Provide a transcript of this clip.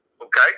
okay